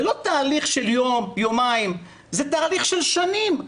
זה לא תהליך של יום, יומיים, זה תהליך של שנים.